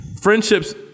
friendships